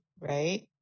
right